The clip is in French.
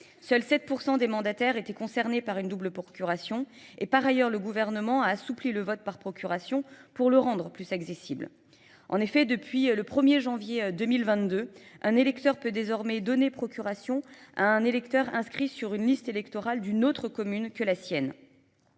Seuls 7% des mandataires étaient concernés par une double procuration et par ailleurs le gouvernement a assoupli le vote par procuration pour le rendre plus accessible. En effet, depuis le 1er janvier 2022, un électeur peut désormais donner procuration à un électeur inscrit sur une liste électorale d'une autre commune que la sienne.